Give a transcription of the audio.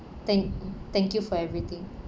thank thank you for everything